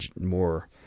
more